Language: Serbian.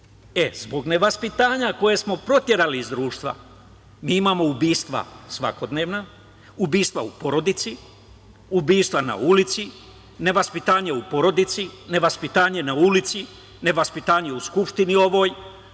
nevaspitanja koje smo proterali iz društva mi imamo ubistva svakodnevna, ubistva u porodici, ubistva na ulici, nevaspitanje u porodici, nevaspitanje u skupštini ovoj,